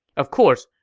of course,